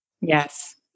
Yes